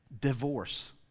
Divorce